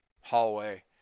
hallway